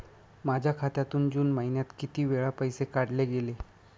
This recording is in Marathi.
माझ्या खात्यातून जून महिन्यात किती वेळा पैसे काढले गेले?